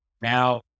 Now